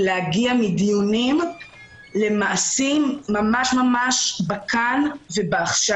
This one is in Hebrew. להגיע להגיע מדיונים למעשים כאן ועכשיו.